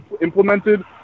implemented